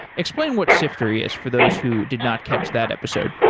explain what siftery is for those who did not catch that episode.